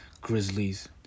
Grizzlies